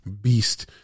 beast